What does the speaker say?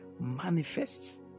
manifest